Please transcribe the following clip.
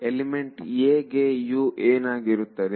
element a ಗೆ ಏನಾಗಿರುತ್ತದೆ